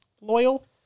loyal